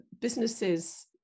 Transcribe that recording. businesses